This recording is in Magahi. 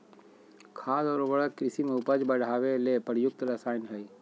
खाद और उर्वरक कृषि में उपज बढ़ावे ले प्रयुक्त रसायन हइ